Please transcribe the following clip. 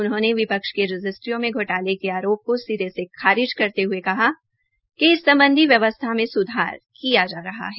उन्होंने विपक्ष के रजिस्ट्रियों में घोटाले के आरोप की सिरे से खारित करते हये कहा कि इस सम्बधी व्यवस्था मे सुधार किया जा रहा है